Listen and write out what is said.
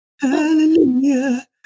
Hallelujah